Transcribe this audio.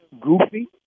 goofy